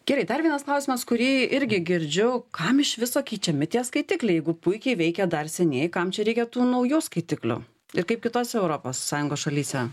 gerai dar vienas klausimas kurį irgi girdžiu kam iš viso keičiami tie skaitikliai jeigu puikiai veikia dar senieji kam čia reikia tų naujų skaitiklių ir kaip kitose europos sąjungos šalyse